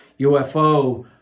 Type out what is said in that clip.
UFO